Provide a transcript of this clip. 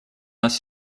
нас